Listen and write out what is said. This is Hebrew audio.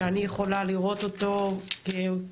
שאני יכולה לראות אותו כחסוי.